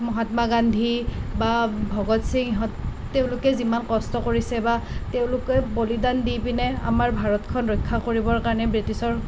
মহাত্মা গান্ধী বা ভগত সিং তেওঁলোকে যিমান কষ্ট কৰিছে বা তেওঁলোকে বলিদান দি পেনে আমাৰ ভাৰতখন ৰক্ষা কৰিবৰ কাৰণে ব্ৰিটিছৰ